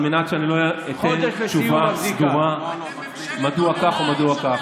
על מנת שאני לא אתן תשובה סדורה מדוע כך או מדוע כך.